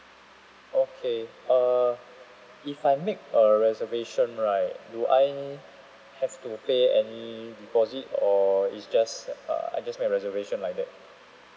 okay uh if I make a reservation right do I have to pay any deposit or it's just uh err I just make a reservation like that